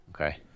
Okay